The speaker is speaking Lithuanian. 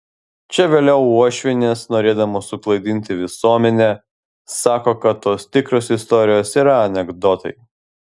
čia vėliau uošvienės norėdamos suklaidinti visuomenę sako kad tos tikros istorijos yra anekdotai